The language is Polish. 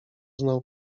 znał